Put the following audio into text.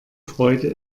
freude